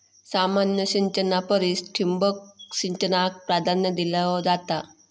सामान्य सिंचना परिस ठिबक सिंचनाक प्राधान्य दिलो जाता